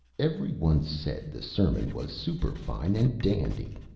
every one said the sermon was superfine and dandy.